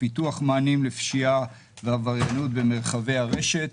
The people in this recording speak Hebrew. פיתוח מענים ופשיעה ועבריינות במרחבי הרשת.